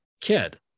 kid